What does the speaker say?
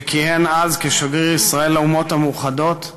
שכיהן אז כשגריר ישראל לאומות המאוחדות,